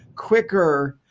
quicker.